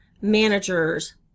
managers